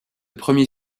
premier